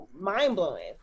mind-blowing